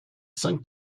cinq